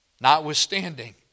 Notwithstanding